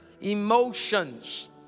emotions